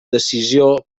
decisió